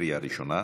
לקריאה ראשונה,